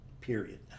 period